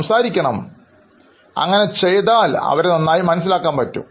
സംസാരിക്കണം അങ്ങനെ ചെയ്ത് അവരെ നന്നായി മനസ്സിലാക്കാൻ പറ്റും